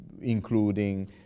including